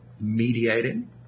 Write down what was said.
mediating